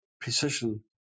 precision